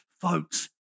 Folks